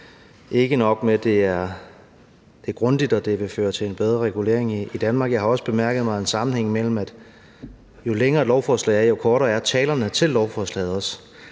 Ikke nok med at det er grundigt, og at det vil føre til bedre regulering i Danmark, jeg har også bemærket en sammenhæng mellem, at jo længere et lovforslag er, jo kortere er talerne til lovforslaget.